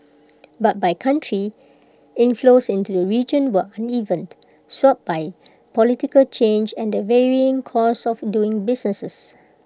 but by country inflows into the region were uneven swayed by political change and the varying costs of doing business